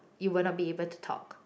you will not be able to talk